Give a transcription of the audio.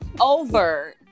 over